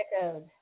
code